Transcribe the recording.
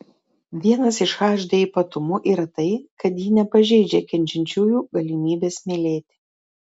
vienas iš hd ypatumų yra tai kad ji nepažeidžia kenčiančiųjų galimybės mylėti